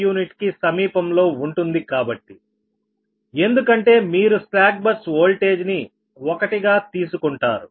u కి సమీపంలో ఉంటుంది కాబట్టి ఎందుకంటే మీరు స్లాక్ బస్ ఓల్టేజ్ ని 1 గా తీసుకుంటారు